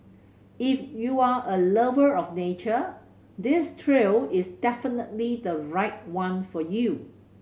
if you're a lover of nature this trail is definitely the right one for you